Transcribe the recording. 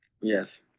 Yes